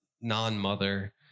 non-mother